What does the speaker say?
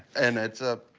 and it's a.